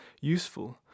useful